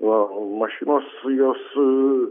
na mašinos jos